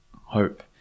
hope